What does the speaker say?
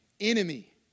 enemy